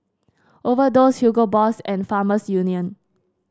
Overdose Hugo Boss and Farmers Union